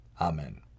Amen